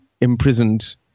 imprisoned